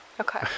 okay